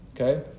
Okay